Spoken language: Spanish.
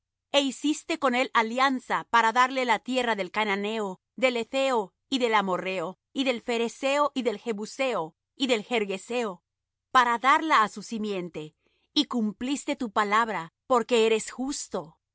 é hiciste con él alianza para darle la tierra del cananeo del hetheo y del amorreheo y del pherezeo y del jebuseo y del gergeseo para darla á su simiente y cumpliste tu palabra porque eres justo y